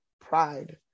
pride